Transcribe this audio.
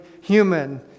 human